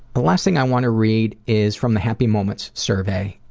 the last thing i want to read is from the happy moments survey.